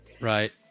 Right